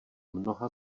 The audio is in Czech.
mnoha